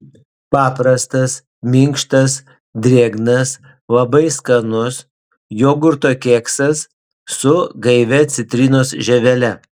paprastas minkštas drėgnas labai skanus jogurto keksas su gaivia citrinos žievele